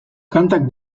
kantak